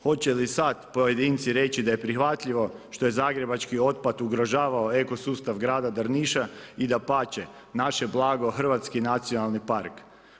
Hoće li sada pojedinci reći, da je prihvatljivo, što je zagrebački otpad ugrožavao eko sustav, grada Drniša i dapače, naše blago hrvatski nacionalni park.